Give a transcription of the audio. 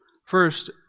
First